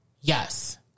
Yes